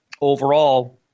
overall-